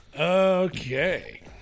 Okay